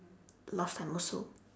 last time also